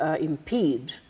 impede